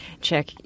check